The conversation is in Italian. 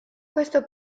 questo